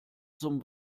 zum